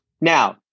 Now